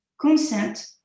consent